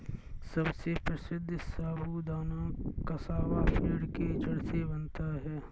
सबसे प्रसिद्ध साबूदाना कसावा पेड़ के जड़ से बनता है